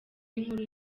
inkuru